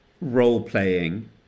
role-playing